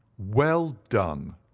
well done!